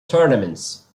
tournaments